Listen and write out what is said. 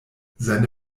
seine